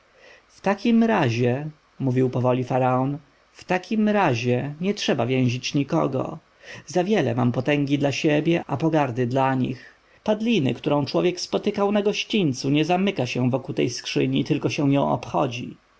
w takim razie mówił powoli faraon w takim razie nie trzeba więzić nikogo za wiele mam potęgi dla siebie a pogardy dla nich padliny którą człowiek spotkał na gościńcu nie zamyka się w okutej skrzyni tylko się ją obchodzi